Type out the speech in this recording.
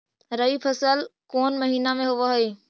रबी फसल कोन महिना में होब हई?